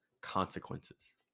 consequences